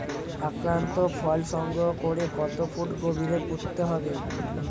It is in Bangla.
আক্রান্ত ফল সংগ্রহ করে কত ফুট গভীরে পুঁততে হবে?